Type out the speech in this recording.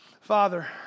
Father